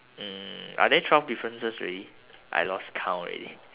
mm are there twelve differences already I lost count already